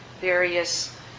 various